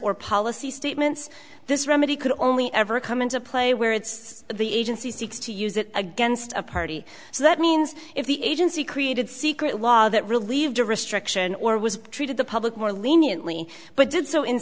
or policy statements this remedy could only ever come into play where it's the agency seeks to use it against a party so that means if the agency created secret law that relieved a restriction or was treated the public more leniently but did so in